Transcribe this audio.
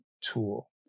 tool